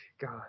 God